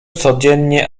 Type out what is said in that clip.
codziennie